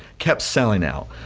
kept selling out.